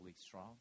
strong